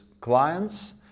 clients